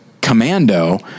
commando